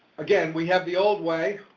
again, we have the old way,